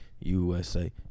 USA